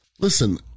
Listen